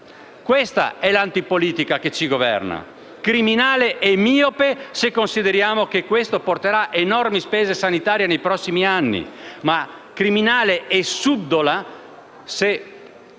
Questa è l'antipolitica che ci governa, criminale e miope se consideriamo che tutto ciò porterà enormi spese sanitarie nei prossimi anni; criminale e subdola se